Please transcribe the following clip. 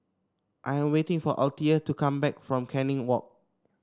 I am waiting for Althea to come back from Canning Walk